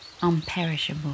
unperishable